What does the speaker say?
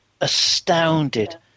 astounded